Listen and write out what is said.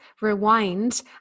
rewind